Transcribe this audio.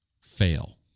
fail